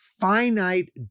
finite